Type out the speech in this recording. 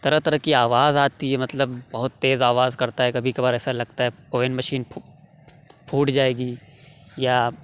طرح طرح کی آواز آتی ہے مطلب بہت تیز آواز کرتا ہے کبھی کبھار ایسا لگتا ہے اوون مشین پھوٹ جائے گی یا